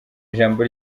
ijambo